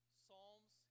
psalms